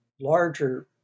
larger